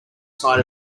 side